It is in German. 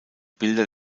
bilder